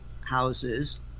houses